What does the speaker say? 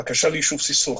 בקשה ליישוב סכסוך,